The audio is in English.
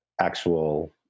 actual